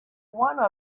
one